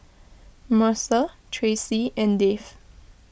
Mercer Tracee and Dave